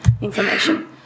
information